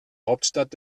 hauptstadt